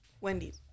Wendy's